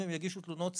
אם הם יגישו תלונות,